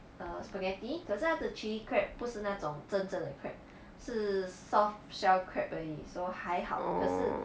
err spaghetti 可是它的 chilli crab 不是那种真正的 crab 是 soft shell crab 而已 so 还好可是